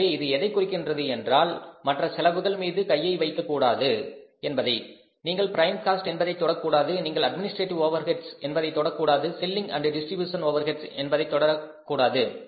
எனவே இது எதைக்குறிக்கின்றது என்றால் மற்ற செலவுகள் மீது கையை வைக்க கூடாது என்பதை நீங்கள் ப்ரைம் காஸ்ட் என்பதை தொட கூடாது நீங்கள் அட்மினிஸ்ட்ரேட்டிவ் ஓவர்ஹெட்ஸ் என்பதை தொட கூடாது செல்லிங் அண்ட் டிஸ்ட்ரிபியூஷன் ஓவர்ஹெட்ஸ் என்பதை தொட கூடாது